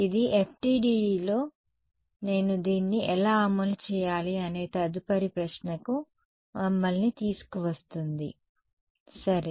కాబట్టి ఇది FDTDలో నేను దీన్ని ఎలా అమలు చేయాలి అనే తదుపరి ప్రశ్నకు మమ్మల్ని తీసుకువస్తుంది సరే